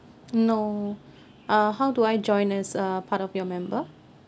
no uh how do I join as a part of your member